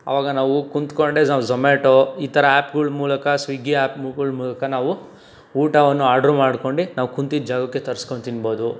ಆವಾಗ ನಾವು ಕುಂತ್ಕೊಂಡೆ ನಾವು ಜೊಮ್ಯಾಟೋ ಈ ಥರ ಆ್ಯಪ್ಗಳ ಮೂಲಕ ಸ್ವಿಗ್ಗಿ ಆ್ಯಪ್ಗಳ ಮೂಲಕ ನಾವು ಊಟವನ್ನು ಆರ್ಡರ್ ಮಾಡ್ಕೊಂಡು ನಾವು ಕುಂತಿದ ಜಾಗಕ್ಕೆ ತರ್ಸ್ಕೊಂತಿನ್ಬೋದು